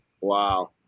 Wow